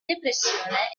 depressione